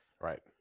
right